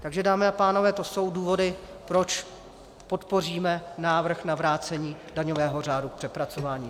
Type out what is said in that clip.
Takže dámy a pánové, to jsou důvody, proč podpoříme návrh na vrácení daňového řádu k přepracování.